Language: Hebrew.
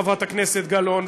חברת הכנסת גלאון,